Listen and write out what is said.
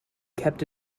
kept